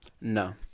No